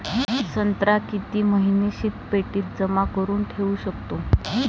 संत्रा किती महिने शीतपेटीत जमा करुन ठेऊ शकतो?